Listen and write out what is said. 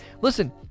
listen